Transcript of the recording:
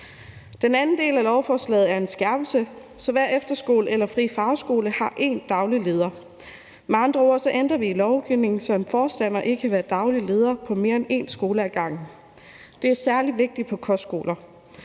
Den anden del af lovforslaget er en skærpelse, så hver efterskole eller frie fagskole har én daglig leder. Med andre ord ændrer vi i lovgivningen, så en forstander ikke kan være daglig leder på mere end én skole ad gangen. Det er særlig vigtigt på kostskoler,